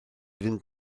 fynd